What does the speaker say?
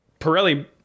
Pirelli